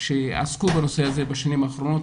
שעסקו בנושא הזה בשנים האחרונות,